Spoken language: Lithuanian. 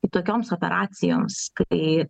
tokioms operacijoms kai